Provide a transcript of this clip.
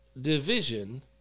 division